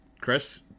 Chris